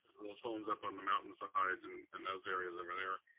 those homes up on the mountainside, and and those areas over there.